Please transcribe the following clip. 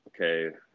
okay